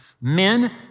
men